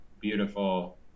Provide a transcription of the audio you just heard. beautiful